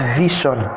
vision